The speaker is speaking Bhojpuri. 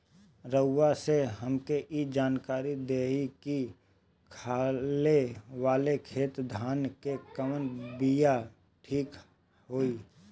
रउआ से हमके ई जानकारी देई की खाले वाले खेत धान के कवन बीया ठीक होई?